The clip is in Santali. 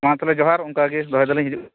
ᱢᱟ ᱛᱟᱦᱞᱮ ᱡᱚᱦᱟᱨ ᱚᱱᱠᱟᱜᱮ ᱫᱚᱦᱚᱭ ᱫᱟᱞᱤᱧ ᱦᱤᱡᱩᱜ ᱠᱟᱱᱟ